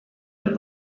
that